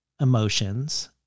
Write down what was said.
emotions